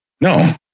No